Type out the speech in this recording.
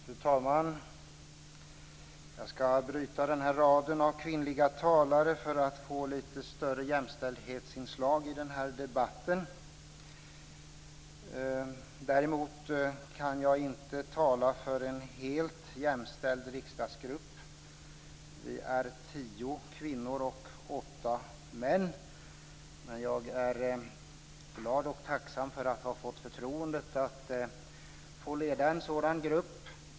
Fru talman! Jag ska bryta raden av kvinnliga talare för att få lite större jämställdhetsinslag i den här debatten. Däremot kan jag inte tala för en helt jämställd riksdagsgrupp. Vi är tio kvinnor och åtta män, men jag är glad och tacksam för att ha fått förtroendet att leda en sådan grupp.